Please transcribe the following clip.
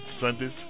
Sundays